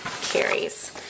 Carries